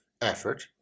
effort